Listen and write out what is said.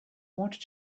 wanted